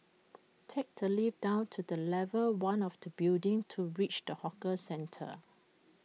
take the lift down to level one of the building to reach the hawker centre